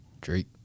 Drake